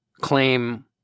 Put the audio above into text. claim